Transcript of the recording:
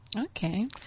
Okay